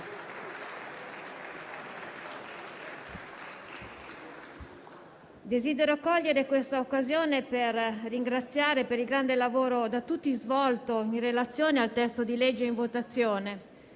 Desidero cogliere quest'occasione per ringraziare tutti per il grande lavoro svolto in relazione al testo di legge in esame.